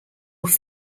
off